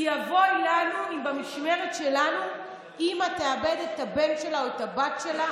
כי אבוי לנו אם במשמרת שלנו אימא תאבד את הבן שלה או את הבת שלה,